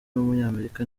w’umunyamerika